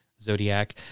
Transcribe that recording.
Zodiac